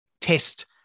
test